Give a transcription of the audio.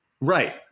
Right